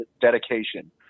dedication